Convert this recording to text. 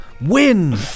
Win